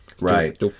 Right